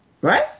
Right